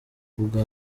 ubwa